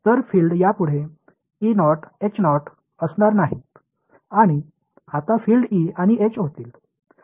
तर फील्ड यापुढे असणार नाहीत आणि आता फील्ड ई आणि एच होतील